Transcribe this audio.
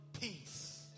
Peace